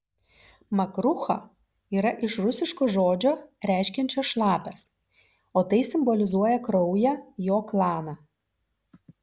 makrucha yra iš rusiško žodžio reiškiančio šlapias o tai simbolizuoja kraują jo klaną